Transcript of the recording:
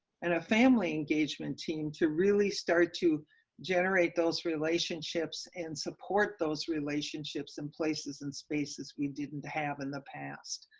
and a family engagement team to really start to generate those relationships and support those relationships in places and spaces we didn't have in the past,